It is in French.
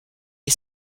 est